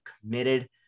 committed